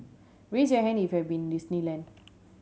raise your hand if you have been Disneyland